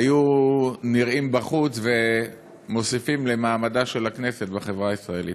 היו נראים בחוץ ומוסיפים למעמדה של הכנסת בחברה הישראלית.